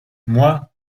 moi